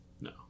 No